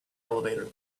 elevator